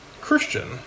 Christian